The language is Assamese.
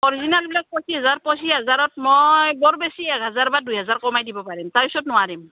আৰিজিনেলবিলাক পঁচিছ হাজাৰ পঁচিছ হাজাৰত মই বৰ বেছি এক হাজাৰ বা দুহেজাৰ কমাই দিব পাৰিম তাৰপিছত নোৱাৰিম